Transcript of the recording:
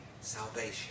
salvation